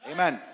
Amen